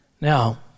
now